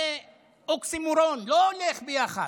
זה אוקסימורון, לא הולך ביחד.